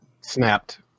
Snapped